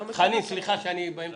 חנין, סליחה שהפרעתי.